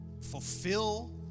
fulfill